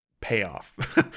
payoff